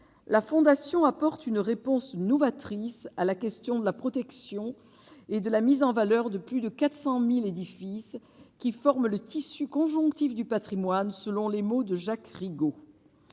la Fondation apporte une réponse novatrice à la question de la protection et de la mise en valeur de plus de 400000 édifices qui forment le tissu conjonctif du Patrimoine, selon les mots de Jacques Rigaud.